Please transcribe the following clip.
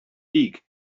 beak